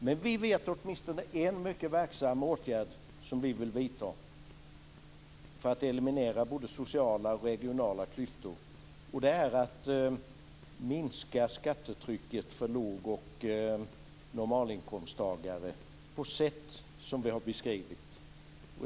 Men vi vet åtminstone en mycket verksam åtgärd som vill vidta för att eliminera både sociala och regionala klyftor, och det är att minska skattetrycket för låg och normalinkomsttagare på det sätt som vi har beskrivit.